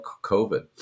COVID